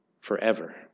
forever